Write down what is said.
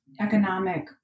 economic